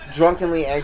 drunkenly